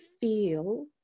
feel